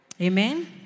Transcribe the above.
Amen